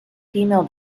female